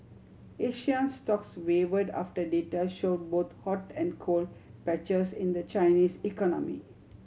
Asian stocks wavered after data show both hot and cold patches in the Chinese economy